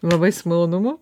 labai su malonumu